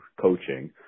coaching